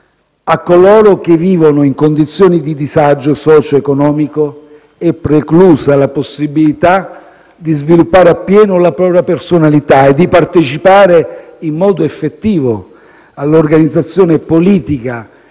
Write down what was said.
A coloro che vivono in condizioni di disagio socioeconomico è preclusa la possibilità di sviluppare a pieno la propria personalità e di partecipare in modo effettivo all'organizzazione politica,